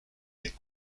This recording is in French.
des